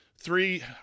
three